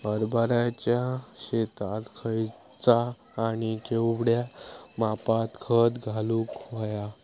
हरभराच्या शेतात खयचा आणि केवढया मापात खत घालुक व्हया?